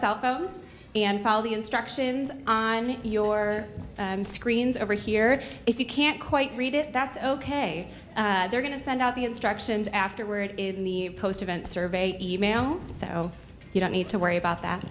cell phones and follow the instructions on your screens over here if you can't quite read it that's ok they're going to send out the instructions afterward in the post event survey e mail so you don't need to worry about that